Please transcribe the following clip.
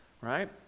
right